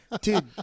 Dude